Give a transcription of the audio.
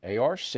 ARC